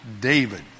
David